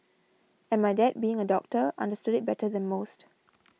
and my dad being a doctor understood it better than most